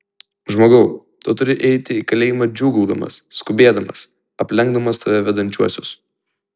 žmogau tu turi eiti į kalėjimą džiūgaudamas skubėdamas aplenkdamas tave vedančiuosius